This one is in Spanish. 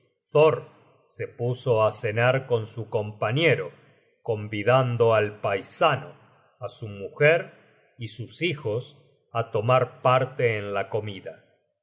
thor se puso á cenar con su compañero convidando al paisano á su mujer y sus hijos á tomar parte en la comida el